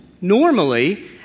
normally